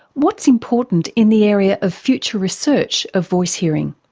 what's important in the area of future research of voice-hearing?